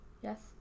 Yes